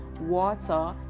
water